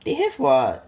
they have [what]